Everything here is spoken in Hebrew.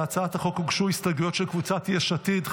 להצעת החוק הוגשו הסתייגויות של קבוצת יש עתיד.